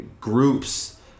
groups